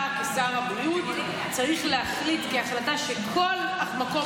אתה כשר הבריאות צריך להחליט כהחלטה שכל מקום